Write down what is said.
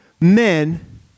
men